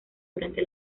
durante